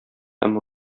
һәм